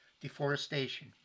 deforestation